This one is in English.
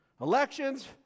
Elections